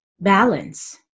balance